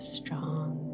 strong